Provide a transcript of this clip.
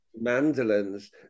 mandolins